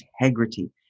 integrity